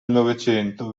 novecento